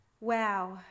Wow